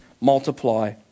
multiply